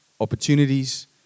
opportunities